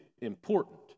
important